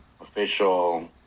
official